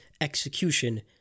execution